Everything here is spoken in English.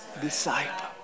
disciple